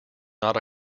not